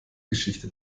geschichte